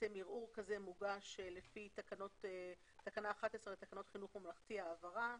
ערעור כזה מוגש לפי תקנה 11 לתקנות חינוך ממלכתי (העברה)